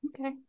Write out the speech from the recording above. Okay